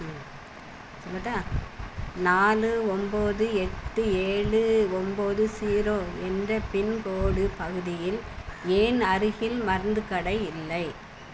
ம் சொல்லட்டா நாலு ஒன்போது எட்டு ஏழு ஒன்போது ஸீரோ என்ற பின்கோடு பகுதியில் ஏன் அருகில் மருந்துக்கடை இல்லை